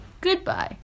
goodbye